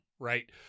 Right